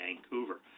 Vancouver